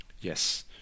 yes